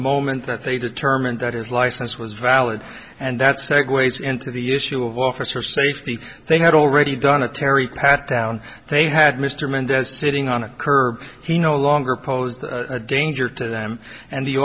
moment that they determined that his license was valid and that segues into the issue of officer safety they had already done a terry pat down they had mr mendez sitting on a curb he no longer posed a danger to them and the